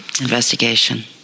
investigation